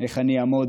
איך אני אעמוד